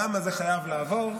למה זה חייב לעבור?